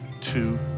two